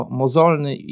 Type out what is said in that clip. mozolny